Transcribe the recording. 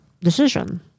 decision